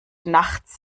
nachts